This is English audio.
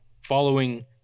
following